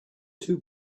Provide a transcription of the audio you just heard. too